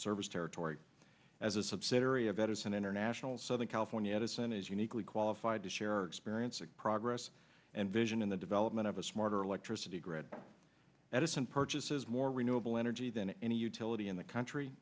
service territory as a subsidiary of bettors and international southern california edison is uniquely qualified to share experience and progress and vision in the development of a smarter electricity grid at assen purchases more renewable energy than any utility in the country